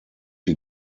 die